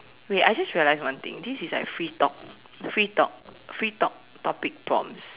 wait I just realised one thing this is like free talk free talk free talk topic prompts